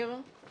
יש